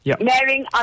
marrying